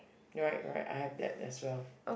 right right I have that as well